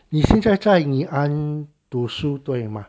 你现在 Ngee Ann 读书对吗